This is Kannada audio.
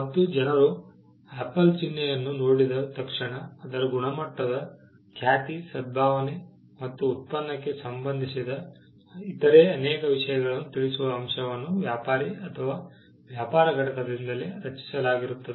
ಮತ್ತು ಜನರು ಆಪಲ್ ಚಿನ್ನೆಯನ್ನು ನೋಡಿದ ತಕ್ಷಣ ಅದರ ಗುಣಮಟ್ಟದ ಖ್ಯಾತಿ ಸದ್ಭಾವನೆ ಮತ್ತು ಉತ್ಪನ್ನಕ್ಕೆ ಸಂಬಂಧಿಸಿದ ಇತರೆ ಅನೇಕ ವಿಷಯಗಳನ್ನು ತಿಳಿಸುವ ಅಂಶವನ್ನು ವ್ಯಾಪಾರಿ ಅಥವಾ ವ್ಯಾಪಾರ ಘಟಕದಿಂದಲೇ ರಚಿಸಲಾಗಿರುತ್ತದೆ